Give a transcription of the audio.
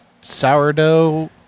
sourdough